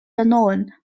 known